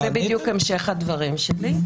זה בדיוק המשך הדברים שלי.